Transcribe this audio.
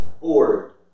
bored